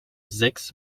sechs